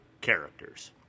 characters